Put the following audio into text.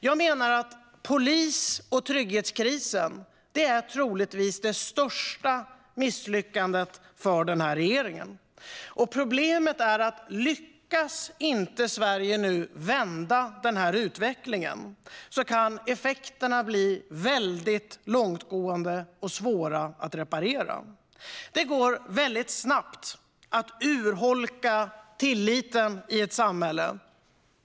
Jag menar att polis och trygghetskrisen troligtvis är det största misslyckandet för regeringen. Problemet är att lyckas inte Sverige nu att vända utvecklingen kan effekterna bli mycket långtgående och svåra att reparera. Det går väldigt snabbt att urholka tilliten i ett samhälle.